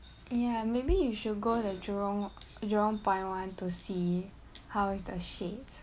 ya maybe you should go the jurong jurong point [one] to see how is the shades